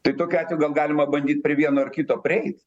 tai tokiu atveju gal galima bandyt prie vieno ar kito prieit